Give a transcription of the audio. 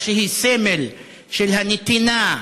כך שהיא סמל של נתינה,